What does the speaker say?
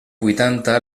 vuitanta